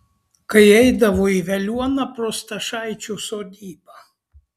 kai eidavo į veliuoną pro stašaičių sodybą